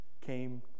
came